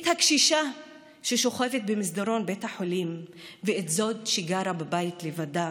את הקשישה ששוכבת במסדרון בית החולים ואת זאת שגרה בבית לבדה,